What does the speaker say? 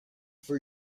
for